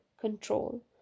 control